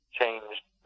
changed